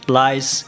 lies